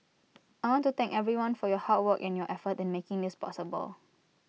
I want to thank everyone for your hard work and your effort in making this possible